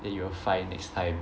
that you will find next time